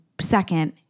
second